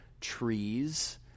trees